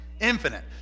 infinite